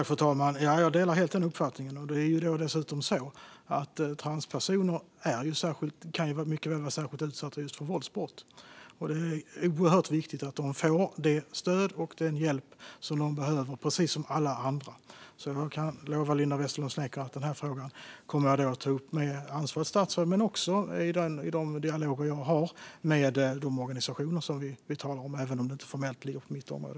Fru talman! Jag delar helt den uppfattningen. Det är dessutom så att transpersoner mycket väl kan vara särskilt utsatta just för våldsbrott. Det är därför oerhört viktigt att de får det stöd och den hjälp som de behöver, precis som alla andra. Jag kan lova Linda Westerlund Snecker att jag kommer att ta upp den här frågan med ansvarigt statsråd men också i de dialoger jag har med de organisationer som vi talar om, även om de inte formellt ligger på mitt område.